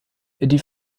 die